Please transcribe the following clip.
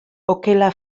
okela